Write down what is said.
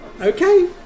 Okay